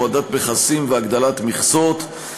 הורדת מכסים והגדלת מכסות.